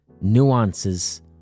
nuances